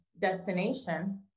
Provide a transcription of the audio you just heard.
destination